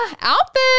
outfit